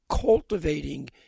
cultivating